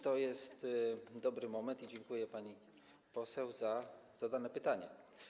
To jest dobry moment na to i dziękuję pani poseł za zadane pytanie.